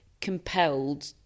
compelled